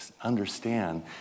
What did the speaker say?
understand